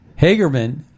Hagerman